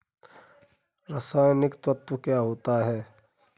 रसायनिक तत्व क्या होते हैं?